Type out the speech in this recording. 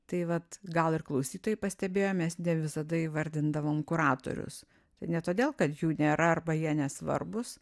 tai vat gal ir klausytojai pastebėjo mes ne visada įvardindavom kuratorius tai ne todėl kad jų nėra arba jie nesvarbūs